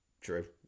true